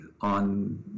on